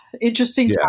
interesting